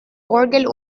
orgel